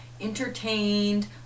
entertained